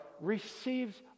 receives